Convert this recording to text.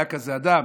היה כזה אדם,